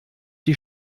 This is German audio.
die